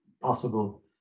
possible